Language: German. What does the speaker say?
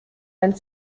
ein